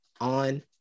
on